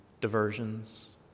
diversions